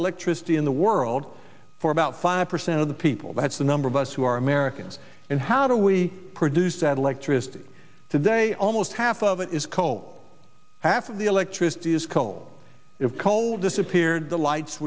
electricity in the world for about five percent of the people that's the number of us who are americans and how do we produce that electricity today almost half of it is coal half of the electricity is coal if coal disappeared the lights